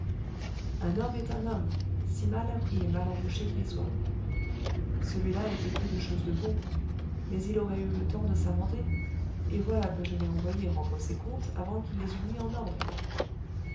un homme est un homme si mal appris et mal embouché qu'il soit celui-là était peu de chose de bon mais il aurait eu le temps de s'amender et voilà que je l'ai envoyé rendre ses comptes avant qu'il les eût mis en ordre